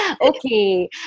Okay